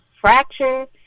Fracture